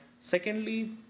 secondly